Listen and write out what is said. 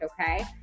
okay